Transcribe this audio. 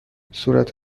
صورت